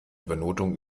benotung